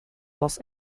los